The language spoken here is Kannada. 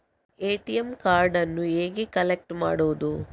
ಎ.ಟಿ.ಎಂ ಕಾರ್ಡನ್ನು ಹೇಗೆ ಕಲೆಕ್ಟ್ ಮಾಡುವುದು?